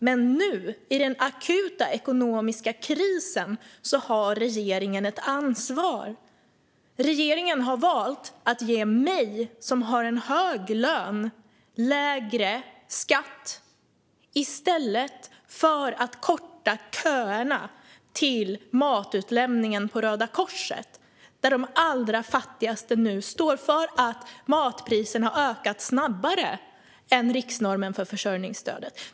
Men nu, i den akuta ekonomiska krisen, har regeringen ett ansvar. Regeringen har valt att ge mig, som har en hög lön, lägre skatt i stället för att korta köerna till matutlämningen på Röda Korset, där de allra fattigaste nu står, för att matpriserna har ökat snabbare än riksnormen för försörjningsstödet.